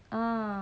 ah